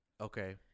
Okay